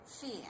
fear